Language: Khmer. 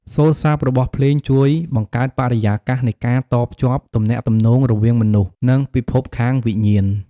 សូរ្យស័ព្ទរបស់ភ្លេងជួយបង្កើតបរិយាកាសនៃការតភ្ជាប់ទំនាក់ទំនងរវាងមនុស្ស និងពិភពខាងវិញ្ញាណ។